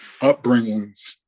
upbringings